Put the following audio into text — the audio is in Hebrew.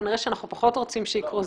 שכנראה שאנחנו פחות רוצים שיקרו,